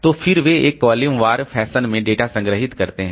तो फिर वे एक कॉलम वार फैशन में डेटा संग्रहीत करते हैं